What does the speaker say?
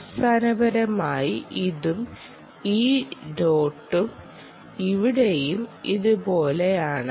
അടിസ്ഥാനപരമായി ഇതും ഈ ഡോട്ടും ഇവിടെയും ഇതുപോലെയാണ്